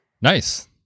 Nice